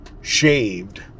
shaved